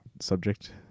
subject